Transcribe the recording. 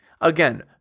Again